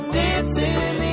dancing